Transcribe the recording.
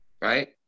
right